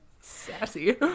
Sassy